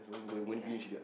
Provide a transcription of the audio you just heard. no need ah